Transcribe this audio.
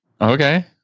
Okay